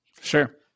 Sure